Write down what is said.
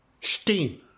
steam